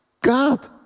God